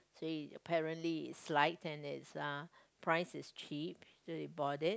hey apparently it's light and it's uh the price is cheap so we bought it